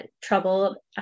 trouble